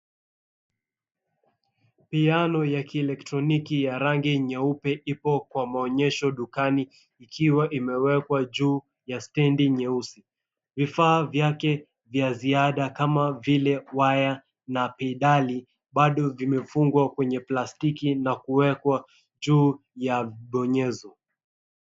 Piano ya kielektroniki ya rangi nyeupe ipo kwa maonyesho dukani ikiwa imewekwa juu ya stendi nyeusi. Vifaa vyake vya ziada kama vile waya na idadi bado vimefungwa kwenye plastiki na kuwekwa juu ya vibonyezo.